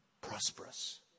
prosperous